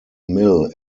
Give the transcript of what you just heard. mill